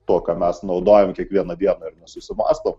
to ką mes naudojam kiekvieną dieną ir nesusimąstom